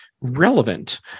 relevant